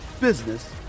business